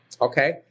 okay